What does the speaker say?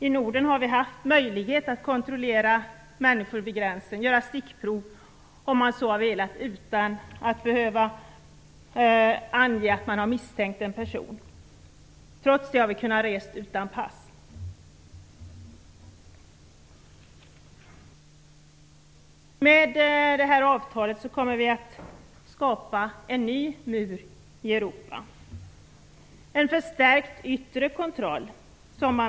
I Norden har vi haft möjlighet att kontrollera människor vid gränsen och göra stickprov om man så har velat utan att behöva ange att man misstänker en person. Trots det har vi kunnat resa utan pass. Med det här avtalet kommer vi att skapa en ny mur i Europa. Det kommer att bli en förstärkt yttre kontroll.